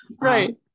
Right